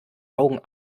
augen